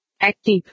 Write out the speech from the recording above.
Active